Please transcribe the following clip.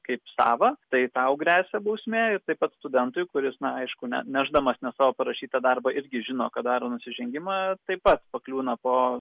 kaip savą tai tau gresia bausmė taip pat studentui kuris na aišku ne nešdamas ne savo parašytą darbą irgi žino kad daro nusižengimą taip pat pakliūna po